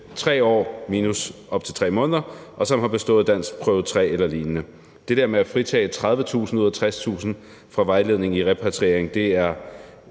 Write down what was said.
3 år minus op til 3 måneder, og som har bestået danskprøve 3 eller lignende. Det der med at fritage 30.000 ud af 60.000 fra vejledning i repatriering er